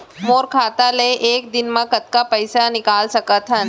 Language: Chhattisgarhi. मोर खाता ले एक दिन म कतका पइसा ल निकल सकथन?